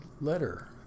letter